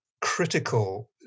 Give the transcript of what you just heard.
critical